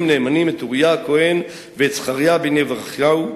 נאמנים את אוריה הכהן ואת זכריה בן יברכיהו".